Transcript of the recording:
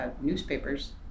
newspapers